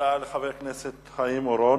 תודה לחבר הכנסת חיים אורון.